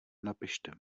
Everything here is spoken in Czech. napište